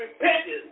repentance